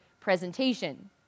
presentation